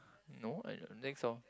no I am next orh